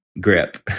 grip